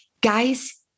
guys